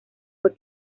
fue